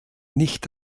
nicht